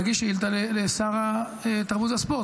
תגיש שאילתה לשר התרבות והספורט,